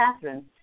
Catherine